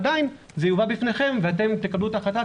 עדיין זה יובא בפניכם ואתם תקבלו את ההחלטה,